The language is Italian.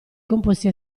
composti